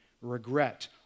regret